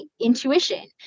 intuition